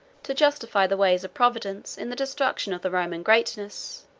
to justify the ways of providence in the destruction of the roman greatness.